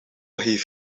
heeft